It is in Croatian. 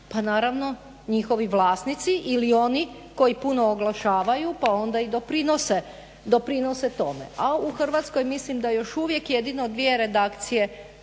Pa naravno njihovi vlasnici ili oni koji puno oglašavaju, pa onda i doprinose tome. A u Hrvatskoj mislim da još uvijek jedino dvije redakcije